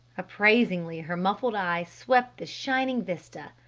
appraisingly her muffled eye swept the shining vista.